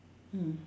mm